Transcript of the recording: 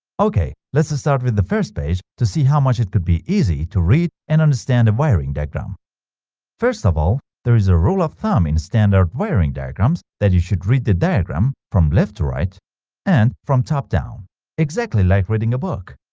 ok, let's start with the first page to see how much it could be easy to read and understand a wiring diagram first of all there is a rule of thumb in standard wiring diagrams that you should read the diagram from left to right and from top-down exactly like reading a book!